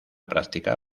práctica